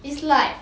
it's like